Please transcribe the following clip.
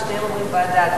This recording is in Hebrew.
ושניהם אומרים ועדה,